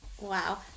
Wow